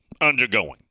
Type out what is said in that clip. undergoing